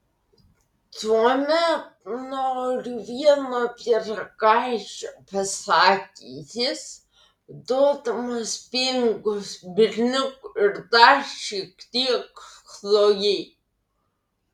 tuomet noriu vieno pyragaičio pasakė jis duodamas pinigus berniukui ir dar šiek tiek chlojei